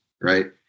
right